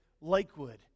Lakewood